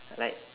like